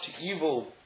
evil